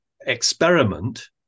experiment